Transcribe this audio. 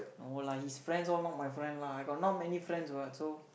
no lah his friends all not my friends lah I got not many friends what so